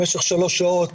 במשך שלוש שעות